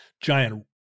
giant